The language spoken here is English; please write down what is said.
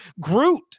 Groot